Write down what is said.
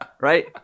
right